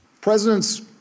Presidents